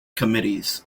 committees